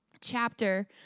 chapter